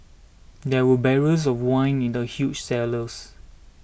there were barrels of wine in the huge cellars